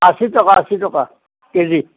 আশী টকা অঁ আশী টকা কেজি